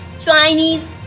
Chinese